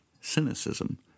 cynicism